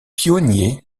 pionnier